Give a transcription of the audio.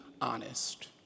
honest